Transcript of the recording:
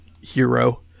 hero